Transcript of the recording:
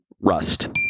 Rust